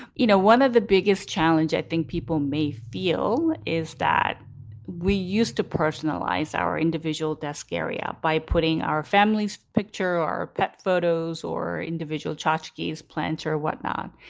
you know, one of the biggest challenge i think people may feel is that we used to personalize our individual desk area by putting our family's picture or pet photos or individual charged keys, plans or whatnot.